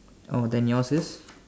oh then yours is